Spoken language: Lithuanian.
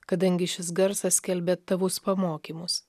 kadangi šis garsas skelbė tavus pamokymus